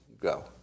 Go